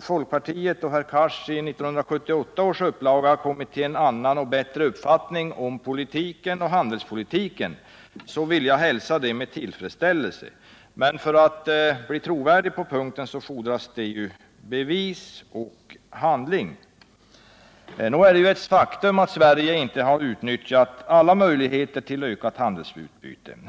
folkpartiet och Hadar Cars i 1978 års upplaga har kommit till en annan och bättre uppfattning om politiken och handelspolitiken, så vill jag hälsa det med tillfredsställelse. Men för att man skall bli trovärdig på den punkten fordras ju bevis och handling. Nu är det ett faktum att Sverige inte utnyttjat alla möjligheter till ökat handelsutbyte.